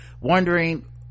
wondering